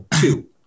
Two